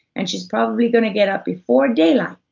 and she's probably gonna get up before daylight,